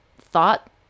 thought